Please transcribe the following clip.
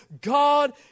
God